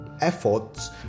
efforts